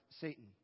Satan